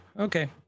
okay